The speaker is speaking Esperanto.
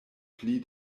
pli